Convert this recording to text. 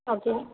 okay